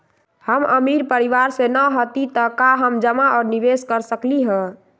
हम अमीर परिवार से न हती त का हम जमा और निवेस कर सकली ह?